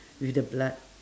with the blood